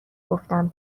گفتم